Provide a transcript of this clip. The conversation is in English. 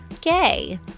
gay